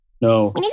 No